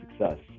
success